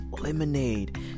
lemonade